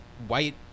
white